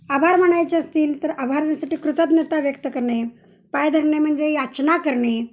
आभार मानायचे असतील तर आभारासाठी कृतज्ञता व्यक्त करणे पाय धरणे म्हणजे याचना करणे